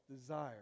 desire